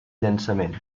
llançament